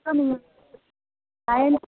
sir நீங்கள் nine